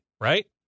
right